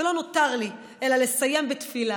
ולא נותר לי אלא לסיים בתפילה: